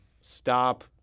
stop